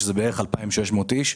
בערך 2,600 איש,